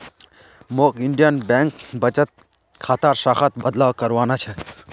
मौक Indian Bank बचत खातार शाखात बदलाव करवाना छ